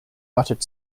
buttered